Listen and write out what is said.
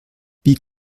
wie